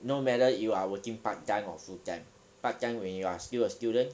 no matter you are working part time or full time part time when you are still a student